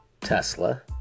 Tesla